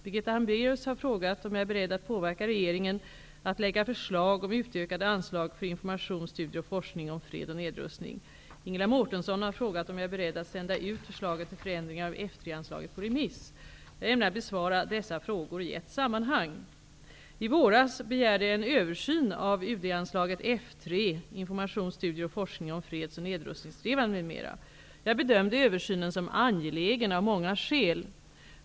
Birgitta Hambraeus har frågat om jag är beredd att påverka regeringen att lägga förslag om utökade anslag för information, studier och forskning om fred och nedrustning. Ingela Mårtensson har frågat om jag är beredd att sända ut förslaget till förändringar av Jag ämnar besvara dessa frågor i ett sammanhang. I våras begärde jag en översyn av UD-anslaget F 3, Information, studier och forskning om freds och nedrustningssträvanden m.m. Jag bedömde översynen som angelägen av många skäl.